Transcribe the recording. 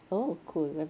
oh cool abeh